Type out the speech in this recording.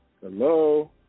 Hello